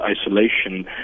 isolation